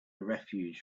refuge